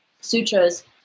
Sutras